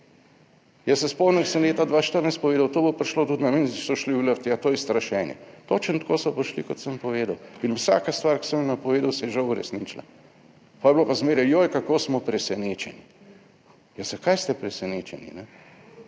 Jaz se spomnim, ko sem leta 2014 povedal, to bo prišlo tudi / nerazumljivo/ so šli v »luft«, ja, to je strašenje. Točno tako so prišli, kot sem povedal, in vsaka stvar, ki sem jo napovedal, se je žal uresničila, potem je bilo pa zmeraj, joj, kako smo presenečeni. Ja, zakaj ste presenečeni?